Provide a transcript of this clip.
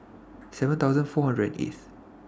seven thousand four hundred and eighth